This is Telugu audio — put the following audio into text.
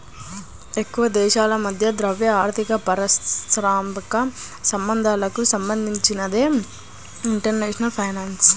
ఎక్కువదేశాల మధ్య ద్రవ్య, ఆర్థిక పరస్పర సంబంధాలకు సంబంధించినదే ఇంటర్నేషనల్ ఫైనాన్స్